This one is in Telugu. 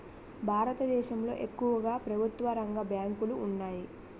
భారతదేశంలో ఎక్కువుగా ప్రభుత్వరంగ బ్యాంకులు ఉన్నాయి